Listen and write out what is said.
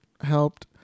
helped